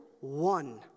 one